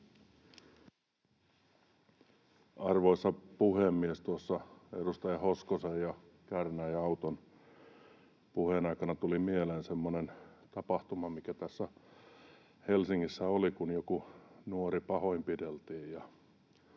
Arvoisa puhemies! Tuossa edustaja Hoskosen ja Kärnän ja Auton puheiden aikana tuli mieleen semmoinen tapahtuma, mikä tässä Helsingissä oli, kun joku nuori pahoinpideltiin.